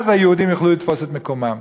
ואז היהודים יוכלו לתפוס את מקומם.